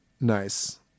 Nice